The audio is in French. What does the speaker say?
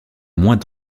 moins